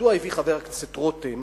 מדוע הביאו חבר כנסת רותם